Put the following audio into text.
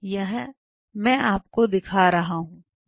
यह मैं आपको दिखा रहा हूं